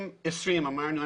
אמרנו,